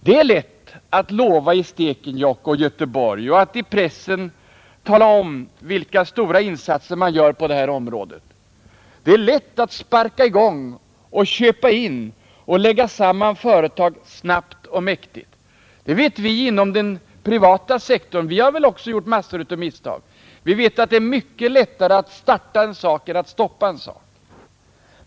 Det är lätt att lova i Stekenjokk och i Göteborg och att i pressen tala om vilka insatser man gör på det här området. Det är lätt att sparka i gång och köpa in och lägga samman företag snabbt och mäktigt. Det vet vi inom den privata sektorn. Vi har väl också gjort massor av misstag. Vi vet att det är mycket lättare att starta en sak än att stoppa en sak.